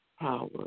power